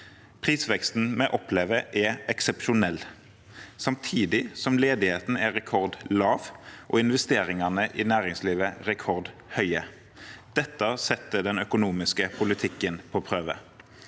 Prisveksten vi opplever, er eksepsjonell – samtidig som ledigheten er rekordlav og investeringene i næringslivet rekordhøye. Dette setter den økonomiske politikken på prøve.